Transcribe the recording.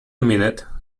minute